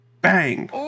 bang